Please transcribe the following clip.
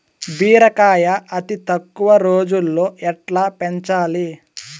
బీరకాయ అతి తక్కువ రోజుల్లో ఎట్లా పెంచాలి?